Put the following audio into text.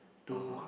(uh huh)